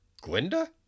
Glinda